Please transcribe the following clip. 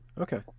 Okay